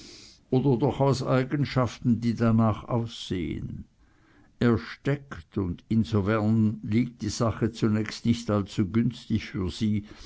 oder doch aus eigenschaften die danach aussehn er steckt und insoweit liegt die sache zunächst nicht allzu günstig für sie